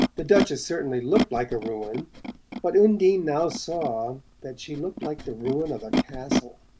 the duchess certainly looked like a ruin but undine now saw that she looked like the ruin of a castle.